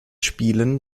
spielen